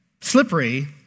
slippery